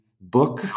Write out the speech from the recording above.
book